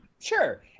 Sure